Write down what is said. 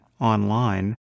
online